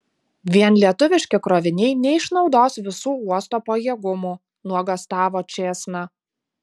vien lietuviški kroviniai neišnaudos visų uosto pajėgumų nuogąstavo čėsna